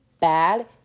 bad